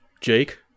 Jake